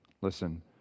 Listen